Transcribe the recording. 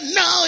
no